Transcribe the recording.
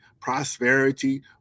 prosperity